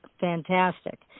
fantastic